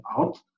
out